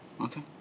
Okay